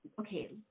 okay